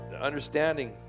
understanding